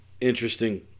interesting